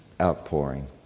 outpouring